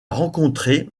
rencontré